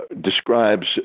describes